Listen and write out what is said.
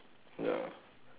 ya